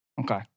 Okay